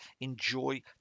enjoy